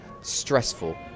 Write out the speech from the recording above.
stressful